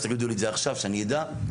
אז תגידו לי את זה עכשיו שאני אדע.